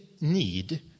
need